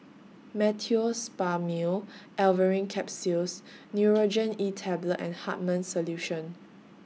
Meteospasmyl Alverine Capsules Nurogen E Tablet and Hartman's Solution